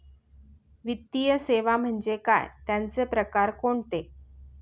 वित्तीय सेवा म्हणजे काय? त्यांचे प्रकार कोणते?